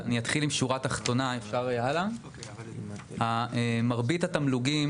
אני אתחיל עם השורה התחתונה: מרבית התמלוגים